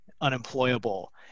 unemployable